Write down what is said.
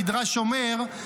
המדרש אומר,